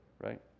right